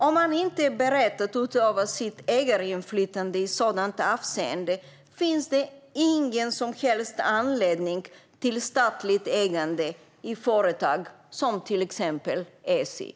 Om man inte är beredd att utöva sitt ägarinflytande i det avseendet finns det ingen som helst anledning till statligt ägande i företag som till exempel SJ.